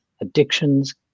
addictions